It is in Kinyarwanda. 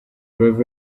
rev